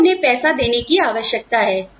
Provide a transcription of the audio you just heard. हमें उन्हें पैसे देने की आवश्यकता है